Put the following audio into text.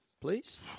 please